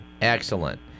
Excellent